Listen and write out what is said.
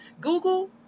Google